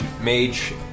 mage